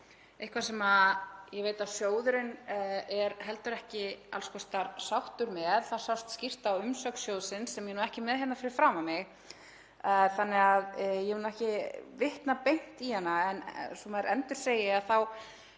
eitthvað sem ég veit að sjóðurinn er heldur ekki alls kostar sáttur með. Það sást skýrt á umsögn sjóðsins sem ég er nú ekki með hérna fyrir framan mig þannig að ég get ekki vitnað beint í hana, en svo maður endursegi þá